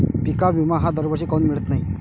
पिका विमा हा दरवर्षी काऊन मिळत न्हाई?